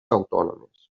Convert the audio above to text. autònomes